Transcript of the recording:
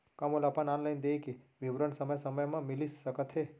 का मोला अपन ऑनलाइन देय के विवरण समय समय म मिलिस सकत हे?